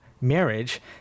marriage